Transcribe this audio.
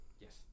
Yes